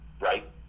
right